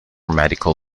medical